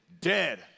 dead